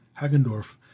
Hagendorf